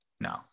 No